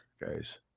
guys